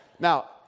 Now